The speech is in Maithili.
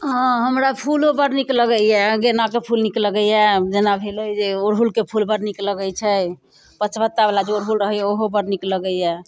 हाँ हमरा फूलो बड़ नीक लगैया गेना कऽ फूल जेना भेलै जे अड़हुलके फूल बड़ नीक लगैत छै पाँचपत्ता बला जे अड़हुल रहैया ओहो बड़ नीक लगैया